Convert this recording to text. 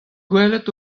gwelet